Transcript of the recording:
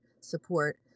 support